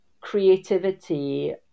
creativity